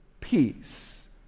peace